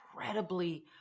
incredibly